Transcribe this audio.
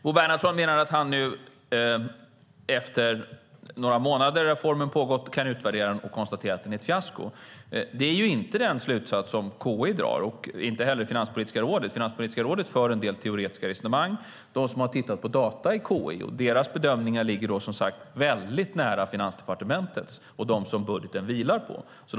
Bo Bernhardsson menar att han nu efter att reformen har pågått några månader kan utvärdera den och konstatera att den är ett fiasko. Det är inte den slutsats som KI drar och inte heller den som Finanspolitiska rådet drar. Finanspolitiska rådet för en del teoretiska resonemang, och KI har tittat på data, och deras bedömningar ligger väldigt nära Finansdepartementets och de som budgeten vilar på.